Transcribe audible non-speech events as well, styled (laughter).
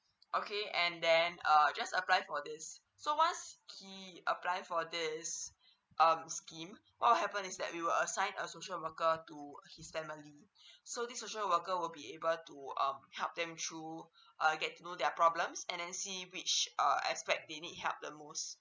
okay and then uh just apply for this so once he apply for this (breath) um scheme what happen is that we will assign a social worker to his family (breath) so this social worker will be able to um help them through (breath) to get through their problems and then see which uh aspect they need help the most